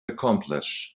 accomplish